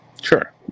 Sure